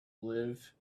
live